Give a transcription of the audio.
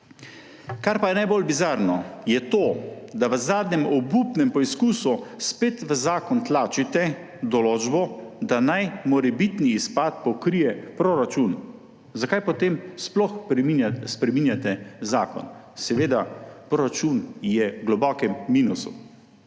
Kar pa je najbolj bizarno, je to, da v zadnjem obupnem poskusu spet v zakon tlačite določbo, da naj morebitni izpad pokrije proračun. Zakaj potem sploh spreminjate zakon? Seveda, proračun je v globokem minusu.